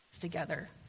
together